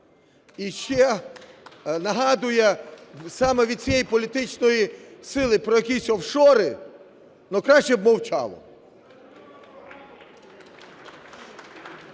і ще нагадує саме від цієї політичної сили про якісь офшори, ну, краще б мовчало.